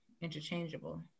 interchangeable